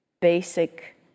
basic